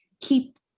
keep